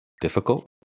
difficult